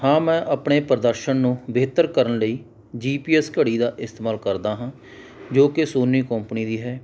ਹਾਂ ਮੈਂ ਆਪਣੇ ਪ੍ਰਦਰਸ਼ਨ ਨੂੰ ਬਿਹਤਰ ਕਰਨ ਲਈ ਜੀ ਪੀ ਐੱਸ ਘੜੀ ਦਾ ਇਸਤੇਮਾਲ ਕਰਦਾ ਹਾਂ ਜੋ ਕਿ ਸੋਨੀ ਕੋਪਨੀ ਦੀ ਹੈ